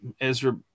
Ezra